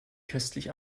köstlich